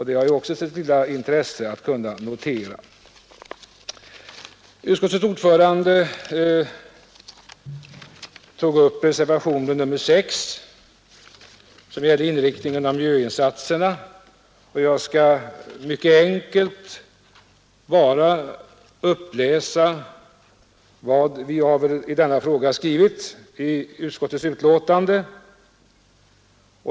Det har också sitt lilla intresse att notera det. Utskottets ordförande tog upp reservationen 6, som gäller inriktningen av miljöinsatserna, och jag skall mycket enkelt bara uppläsa vad vi haver i denna fråga skrivit i utskottets betänkande.